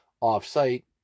off-site